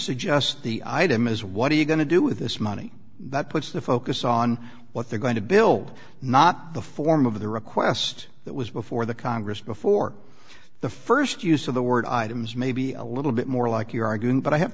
suggest the item is what are you going to do with this money that puts the focus on what they're going to build not the form of the request that was before the congress before the st use of the word items maybe a little bit more like you're arguing but i have